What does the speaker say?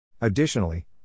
Additionally